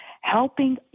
helping